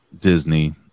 Disney